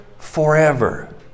Forever